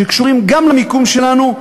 שקשורים גם למיקום שלנו,